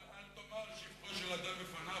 אל תאמר שבחו של אדם בפניו.